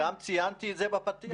וגם ציינתי את זה בפתיח היום.